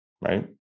Right